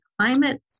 climate